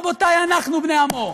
רבותיי, אנחנו בני עמו,